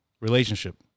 relationship